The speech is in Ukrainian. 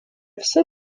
все